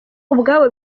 ubwabo